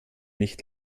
nicht